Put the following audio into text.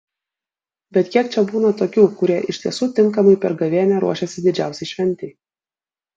bet kiek čia būna tokių kurie iš tiesų tinkamai per gavėnią ruošėsi didžiausiai šventei